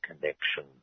connection